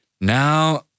Now